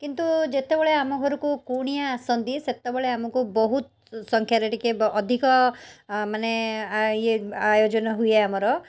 କିନ୍ତୁ ଯେତେବେଳେ ଆମ ଘରକୁ କୁଣିଆ ଆସନ୍ତି ସେତେବେଳେ ଆମକୁ ବହୁତ ସଂଖ୍ୟାରେ ଟିକିଏ ଅଧିକ ମାନେ ଆ ଇଏ ଆୟୋଜନ ହୁଏ ଆମର